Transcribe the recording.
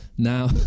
Now